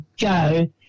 go